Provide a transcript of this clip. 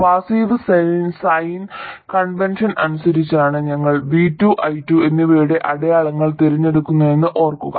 passive sign convention അനുസരിച്ചാണ് ഞങ്ങൾ v2 i2 എന്നിവയുടെ അടയാളങ്ങൾ തിരഞ്ഞെടുക്കുന്നതെന്ന് ഓർക്കുക